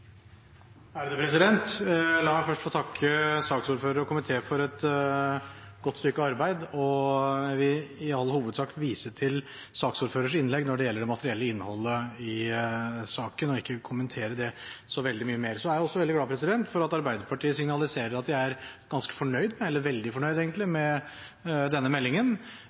La meg først få takke saksordføreren og komiteen for et godt stykke arbeid, og jeg vil i all hovedsak vise til saksordførerens innlegg når det gjelder det materielle innholdet i saken, og vil ikke kommentere det så veldig mye mer. Jeg er også veldig glad for at Arbeiderpartiet signaliserer at de er veldig fornøyde med